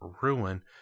Ruin